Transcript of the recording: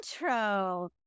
intro